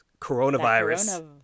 Coronavirus